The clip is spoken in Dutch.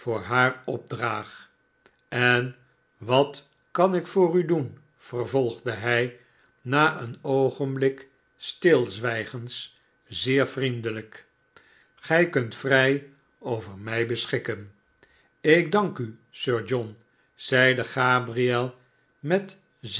voor haar opdraag en wat kan ik voor u doen vervolgde hij na een oogenblik stilzwijgens zeer vriendelijk gij kunt vrij over mij beschikken ik dank u sir john zeide gabriel met